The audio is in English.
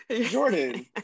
jordan